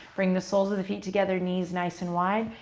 bring the soles of the feet together, knees nice and wide.